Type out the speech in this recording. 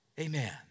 Amen